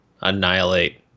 annihilate